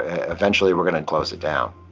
ah eventually we're going to close it down.